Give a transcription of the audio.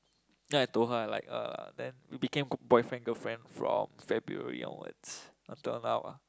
then I told her I like her then we become co~ boyfriend girlfriend from February onwards until now ah